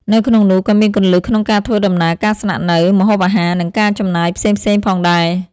នៅក្នុងនោះ ក៏មានគន្លឹះក្នុងការធ្វើដំណើរ ការស្នាក់នៅ ម្ហូបអាហារ និងការចំណាយផ្សេងៗផងដែរ។